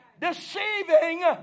Deceiving